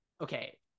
okay